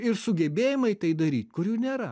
ir sugebėjimai tai daryt kurių nėra